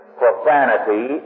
profanity